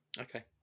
Okay